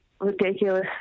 ridiculous